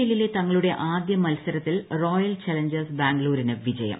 എല്ലിലെ തങ്ങളുടെ ആദ്യ മൽസരത്തിൽ റോയൽ ചലഞ്ചേഴ്സ് ബാംഗ്ലൂരിന് വിജയം